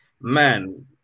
man